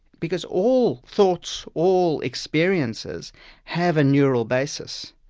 because all thoughts, all experiences have a neural basis.